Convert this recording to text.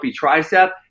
tricep